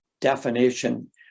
definition